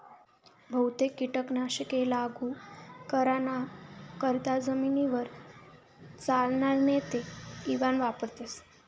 बहुतेक कीटक नाशके लागू कराना करता जमीनवर चालनार नेते इवान वापरथस